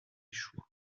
échoue